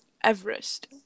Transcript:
Everest